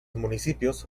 municipios